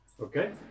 okay